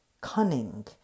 cunning